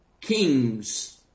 kings